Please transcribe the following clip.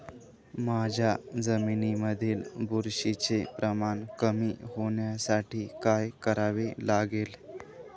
माझ्या जमिनीमधील बुरशीचे प्रमाण कमी होण्यासाठी काय करावे लागेल?